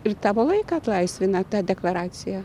ir tavo laiką atlaisvina ta deklaracija